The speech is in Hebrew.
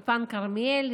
אולפן כרמיאל,